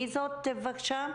מי את, בבקשה?